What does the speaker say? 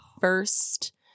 first